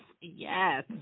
yes